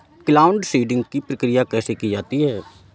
Cloud seeding की प्रक्रिया कैसे की जाती है?